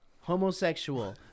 homosexual